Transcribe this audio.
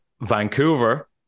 Vancouver